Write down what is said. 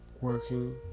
working